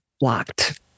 blocked